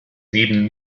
nehmen